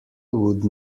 would